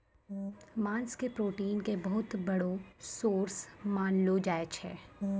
मांस के प्रोटीन के बहुत बड़ो सोर्स मानलो जाय छै